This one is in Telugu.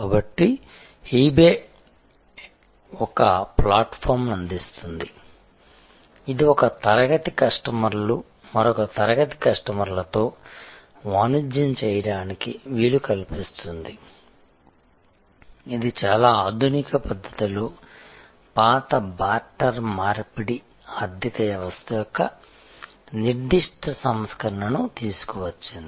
కాబట్టి eBay ఒక ప్లాట్ఫారమ్ను అందిస్తుంది ఇది ఒక తరగతి కస్టమర్లు మరొక తరగతి కస్టమర్లతో వాణిజ్యం చేయడానికి వీలు కల్పిస్తుంది ఇది చాలా ఆధునిక పద్ధతిలో పాత బార్టర్మార్పిడి ఆర్థిక వ్యవస్థ యొక్క నిర్దిష్ట సంస్కరణను తీసుకువచ్చింది